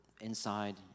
inside